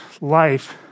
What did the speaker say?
life